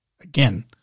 Again